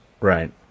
Right